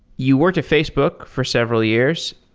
you worked at facebook for several years.